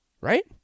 Right